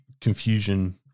confusion